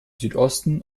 südosten